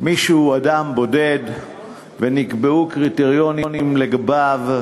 שהוא אדם בודד ונקבעו קריטריונים לגביו